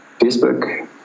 Facebook